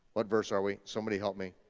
what verse are we? somebody help me.